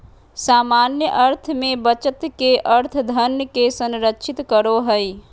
सामान्य अर्थ में बचत के अर्थ धन के संरक्षित करो हइ